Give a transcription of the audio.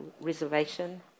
Reservation